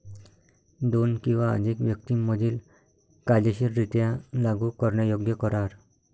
दोन किंवा अधिक व्यक्तीं मधील कायदेशीररित्या लागू करण्यायोग्य करार